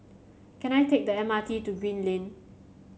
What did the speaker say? can I take the M R T to Green Lane